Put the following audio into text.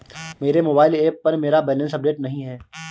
मेरे mobile app पर मेरा बैलेंस अपडेट नहीं है